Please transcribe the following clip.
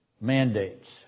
mandates